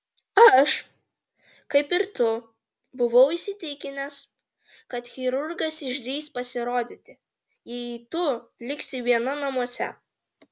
aš kaip ir tu buvau įsitikinęs kad chirurgas išdrįs pasirodyti jei tu liksi viena namuose